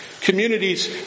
communities